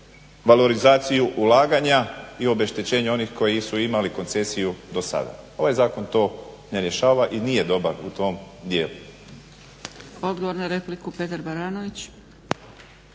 valorizaciju ulaganja i obeštećenja onih koji su imali koncesiju do sada. Ovaj zakon to ne rješava i nije dobar u tom dijelu.